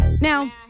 Now